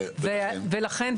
ולכן,